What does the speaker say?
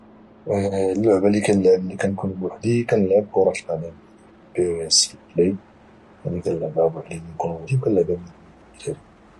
اللعبه اللي كانلعب ملي كانكون بوحدي كانلعب كره القدم بي او اس بلاي يعني كانلعبها ملي يكون بوحدي وكانلعبها ملي يكون مع الدراري